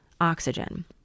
oxygen